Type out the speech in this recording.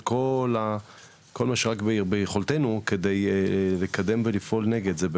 כל מה שרק ביכולתנו כדי לקדם ולפעול נגד זה,